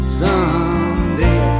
someday